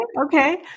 Okay